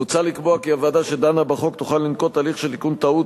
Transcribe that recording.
מוצע לקבוע כי הוועדה שדנה בחוק תוכל לנקוט הליך של תיקון טעות